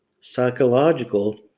psychological